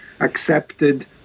accepted